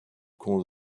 camp